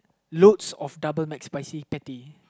loads of Double McSpicy patty